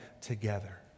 together